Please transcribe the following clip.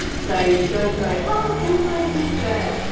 so don't go oh chemical additives bad.